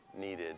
needed